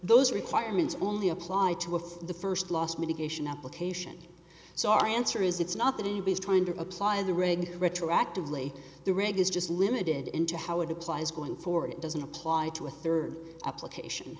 those requirements only apply to a for the first loss mitigation application so our answer is it's not that anybody's trying to apply the reg retroactively the reg is just limited in to how it applies going forward it doesn't apply to a third application